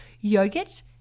yogurt